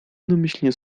jednomyślnie